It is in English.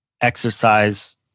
exercise